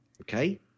Okay